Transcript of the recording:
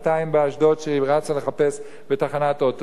באשדוד כשהיא רצה לחפש מסתור בתחנת אוטובוס.